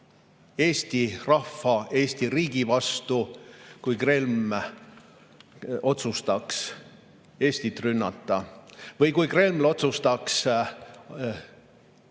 Eesti rahva, Eesti riigi vastu, kui Kreml otsustaks Eestit rünnata või kui Kreml otsustaks tekitada